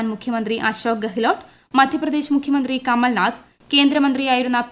രാജസ്ഥാൻ മുഖ്യമന്ത്രി അശോക് ഗെഹ്ലോട്ട് മധ്യപ്രദേശ് മുഖ്യമന്ത്രി കമൽനാഥ് കേന്ദ്രമന്ത്രിയായിരുന്ന പി